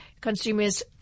consumers